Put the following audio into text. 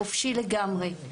הוא חופשי לגמרי.